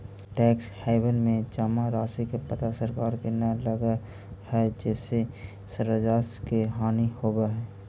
tax haven में जमा राशि के पता सरकार के न लगऽ हई जेसे राजस्व के हानि होवऽ हई